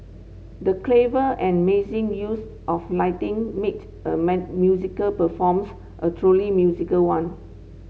the clever and amazing use of lighting made the musical performance a truly music one